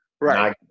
Right